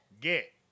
Get